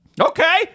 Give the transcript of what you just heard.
Okay